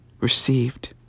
received